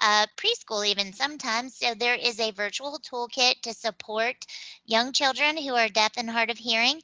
ah preschool even sometimes. so there is a virtual toolkit to support young children who are deaf and hard of hearing.